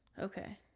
Okay